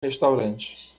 restaurante